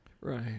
right